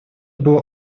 было